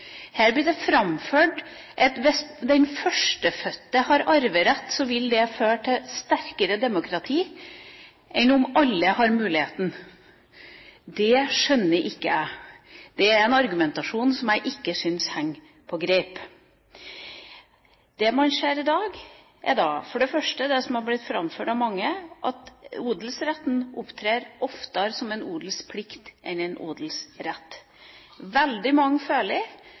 Her blir det framført at hvis den førstefødte har arverett, vil det føre til sterkere demokrati enn om alle har muligheten. Det skjønner ikke jeg. Det er en argumentasjon som jeg ikke syns henger på greip. Det man ser i dag, er for det første det som har blitt framført av mange, at odelsretten oftere opptrer som en odelsplikt enn en odelsrett. Veldig mange føler